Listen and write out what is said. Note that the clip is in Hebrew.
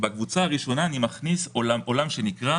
בקבוצה הראשונה אני מכניס עולם שנקרא